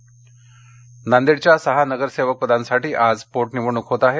नांदेड नांदेडच्या सहा नगरसेवक पदांसाठी आज पोटनिवडणूक होत आहे